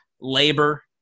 Labor